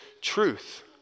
truth